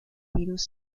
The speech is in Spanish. virus